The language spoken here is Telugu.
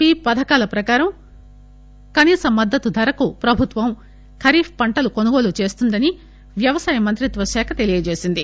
పి పథకాల ప్రకారం కనీస మద్దతు ధరకు ప్రభుత్వం ఖరీఫ్ పంటలు కొనుగోలు చేస్తుందని వ్యవసాయ మంత్రిత్వ శాఖ తెలిపింది